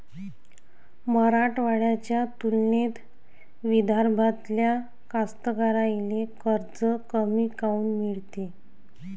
मराठवाड्याच्या तुलनेत विदर्भातल्या कास्तकाराइले कर्ज कमी काऊन मिळते?